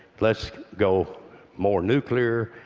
let's go more nuclear,